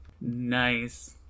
Nice